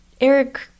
Eric